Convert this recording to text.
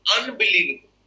unbelievable